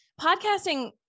podcasting